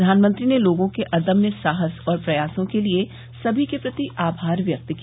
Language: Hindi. प्रधानमंत्री ने लोगों के अदम्य साहस और प्रयासों के लिए सभी के प्रति आभार व्यक्त किया